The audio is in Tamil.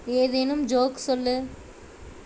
ஏதேனும் ஜோக் சொல்லு